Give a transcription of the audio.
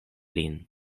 lin